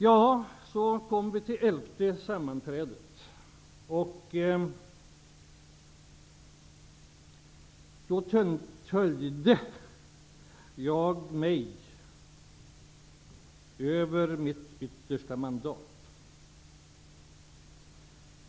Vid det elfte sammanträdet ''töjde'' jag mig över mitt yttersta mandat.